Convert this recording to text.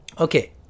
okay